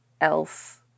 else